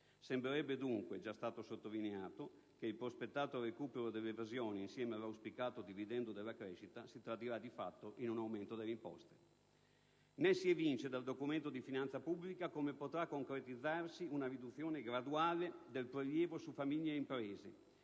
Sembrerebbe, dunque - ed è già stato sottolineato - che il prospettato recupero dell'evasione, insieme all'auspicato dividendo della crescita, si tradurrà di fatto in un aumento delle imposte. Né si evince, dal documento di finanza pubblica, come potrà concretizzarsi una riduzione graduale del prelievo su famiglie e imprese